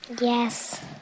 Yes